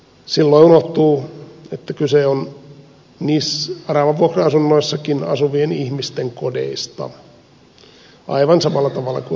silloin unohtuu että kyse on aravavuokra asunnoissa asuvien ihmisten kodeista aivan samalla tavalla kuin omistusasuntojen osalta